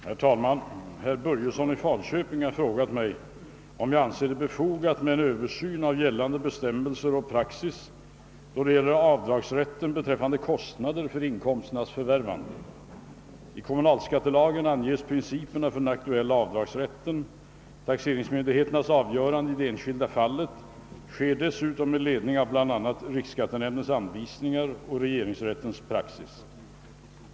Herr talman! Herr Börjesson i Falköping har frågat mig om jag anser det befogat med en översyn av gällande bestämmelser och praxis då det gäller avdragsrätten beträffande kostnader för inkomsternas förvärvande. I kommunalskattelagen anges principerna för den aktuella avdragsrätten. Taxeringsmyndigheternas avgöranden i det enskilda fallet sker dessutom med ledning av bl.a. riksskattenämndens anvisningar och regeringsrättens praxis.